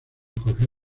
cogió